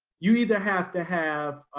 you either have to have